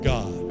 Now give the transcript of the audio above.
God